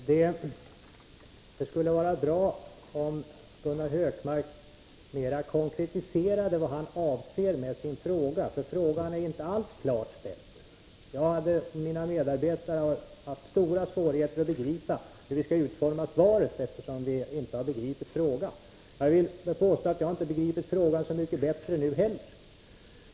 Herr talman! Det skulle vara bra om Gunnar Hökmark mera konkretiserade vad han avser med sin fråga. Frågan är inte alls klart ställd; jag och mina medarbetare har haft stora svårigheter att utforma svaret, eftersom vi inte begripit frågan. Jag vill påstå att jag inte begripit frågan så mycket bättre nu heller.